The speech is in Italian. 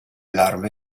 larve